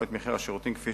או את מחיר השירותים כפי